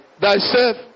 thyself